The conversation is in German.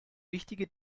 wichtige